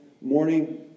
morning